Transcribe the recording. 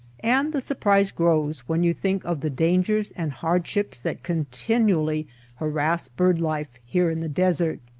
and the surprise grows when you think of the dangers and hardships that continually har ass bird-life here in the desert.